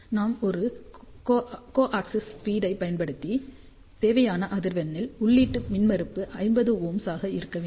நாம் ஒரு co axial feed ஐ பயன்படுத்தி தேவையான அதிர்வெண்ணில் உள்ளீட்டு மின்மறுப்பு 50Ω ஆக இருக்க வேண்டும்